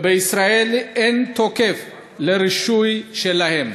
ובישראל אין תוקף לרישוי שלהם.